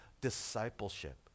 discipleship